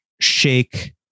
shake